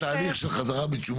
לגבי 100% תוספת,